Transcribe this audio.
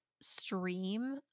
stream